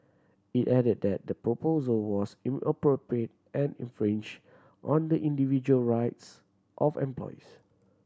it added that the proposal was inappropriate and infringed on the individual rights of employees